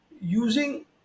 using